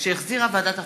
שהחזירה ועדת החוקה,